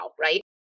right